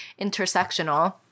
intersectional